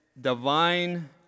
Divine